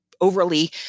overly